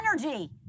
energy